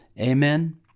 Amen